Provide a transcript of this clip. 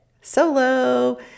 Solo